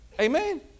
Amen